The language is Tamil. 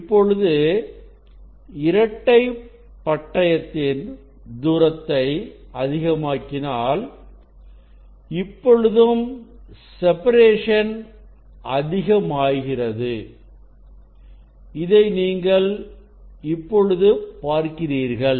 இப்பொழுது இரட்டைப் பட்டத்தின் தூரத்தை அதிகமாக்கினான் இப்பொழுதும் செபரேஷன் அதிகமாகிறது இதை நீங்கள் இப்பொழுது பார்க்கிறீர்கள்